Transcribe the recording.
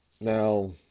Now